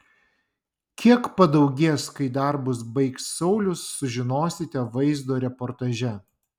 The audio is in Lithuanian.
kiek padaugės kai darbus baigs saulius sužinosite vaizdo reportaže